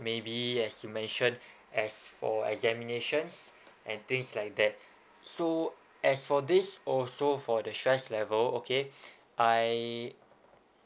maybe as you mention as for examinations and things like that so as for this also for the stress level okay I